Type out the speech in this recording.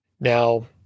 Now